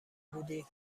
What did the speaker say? بودی